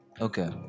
Okay